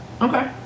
Okay